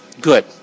good